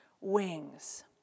wings